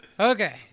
Okay